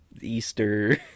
Easter